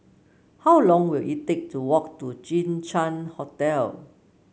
how long will it take to walk to Jinshan Hotel